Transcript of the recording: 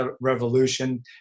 revolution